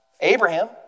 Abraham